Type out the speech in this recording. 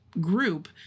group